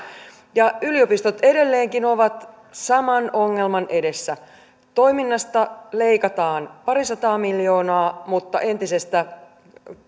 yliopistot edelleenkin ovat saman ongelman edessä toiminnasta leikataan parisataa miljoonaa mutta entisestä